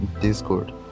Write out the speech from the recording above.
Discord